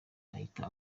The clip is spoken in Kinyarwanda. ahita